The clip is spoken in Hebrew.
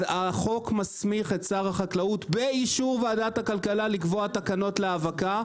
החוק מסמיך את שר החקלאות באישור ועדת הכלכלה לקבוע תקנות להאבקה.